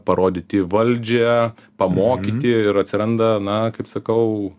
parodyti valdžią pamokyti ir atsiranda na kaip sakau